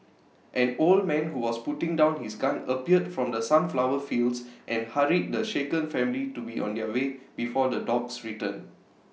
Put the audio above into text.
an old man who was putting down his gun appeared from the sunflower fields and hurried the shaken family to be on their way before the dogs return